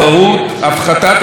הפחתת עלויות,